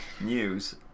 News